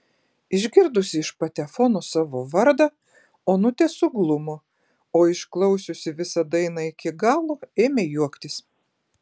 išgirdusi iš patefono savo vardą onutė suglumo o išklausiusi visą dainą iki galo ėmė juoktis